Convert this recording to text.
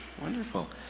Wonderful